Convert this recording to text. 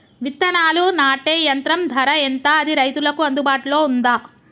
విత్తనాలు నాటే యంత్రం ధర ఎంత అది రైతులకు అందుబాటులో ఉందా?